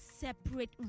separate